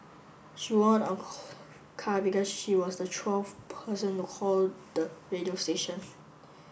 she won a car because she was the twelfth person to call the radio station